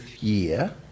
year